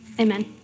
Amen